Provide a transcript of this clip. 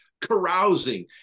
carousing